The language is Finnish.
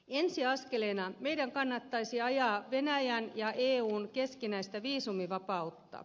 ensi askeleena meidän kannattaisi ajaa venäjän ja eun keskinäistä viisumivapautta